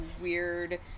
weird